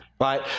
right